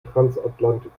transatlantikflug